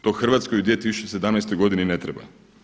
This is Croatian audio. To Hrvatskoj u 2017. godini ne treba.